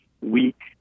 weak